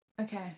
Okay